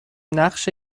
نقش